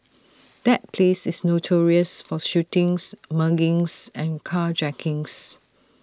that place is notorious for shootings muggings and carjackings